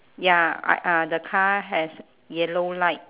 ya I uh the car has yellow light